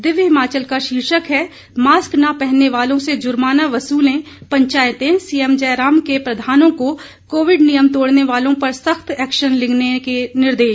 दिव्य हिमाचल का शीर्षक है मास्क न पहनने वालों से जुर्माना वसूले पंचायतें सीएम जयराम के प्रधानों को कोविड नियम तोड़ने वालों पर सख्त एक्शन लेने के निर्देश